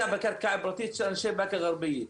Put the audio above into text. בקרקע הפרטית של אנשי באקה אל גרבייה.